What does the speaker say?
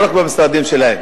לא רק במשרדים שלהם.